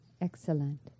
excellent